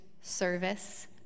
service